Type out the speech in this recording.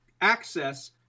access